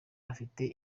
afite